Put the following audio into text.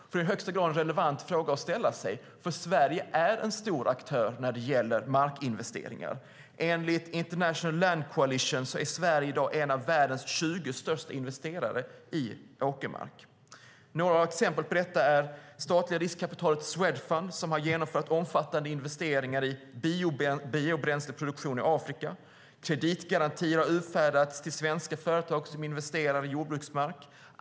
Det är i högsta grad en relevant fråga att ställa sig, för Sverige är en stor aktör när det gäller markinvesteringar. Enligt International Land Coalition är Sverige i dag en av världens 20 största investerare i åkermark. Jag kan ge några exempel på detta. Det statliga riskkapitalbolaget Swedfund har genomfört omfattande investeringar i biobränsleproduktion i Afrika. Kreditgarantier har utfärdats till svenska företag som investerar i jordbruksmark.